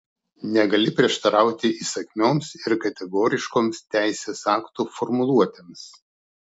negali prieštarauti įsakmioms ir kategoriškoms teisės aktų formuluotėms